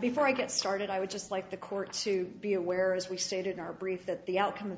before i get started i would just like the court to be aware as we stated in our brief that the outcome of